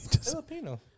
Filipino